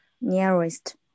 Nearest